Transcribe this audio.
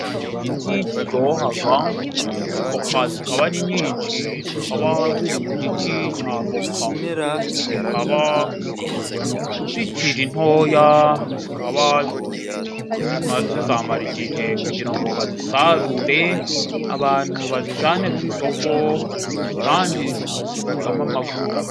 Avoka ni igiti kiryoga, izi voka zikaba ari nyinshi, zikaba ziri mu giti cy' avoka. Zikaba zikiri ntoya zikaba zizamara igihe kugira ngo bazisarure; abantu bazijane ku isoko kandi voka zivanagamo amavuta.